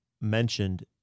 mentioned